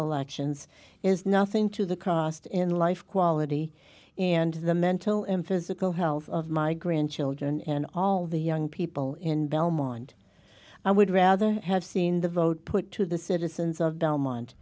elections is nothing to the cost in life quality and the mental and physical health of my grandchildren and all the young people in belmont i would rather have seen the vote put to the citizens of dominant